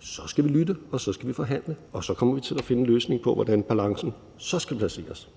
så skal vi lytte, og så skal vi forhandle, og så kommer vi til at finde en løsning på, hvordan balancen så skal placeres.